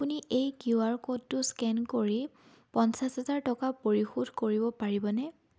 আপুনি এই Q R ক'ডটো স্কেন কৰি পঞ্চাশ হাজাৰ টকা পৰিশোধ কৰিব পাৰিবনে